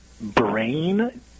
brain